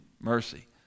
mercy